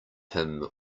him